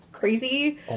crazy